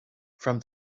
from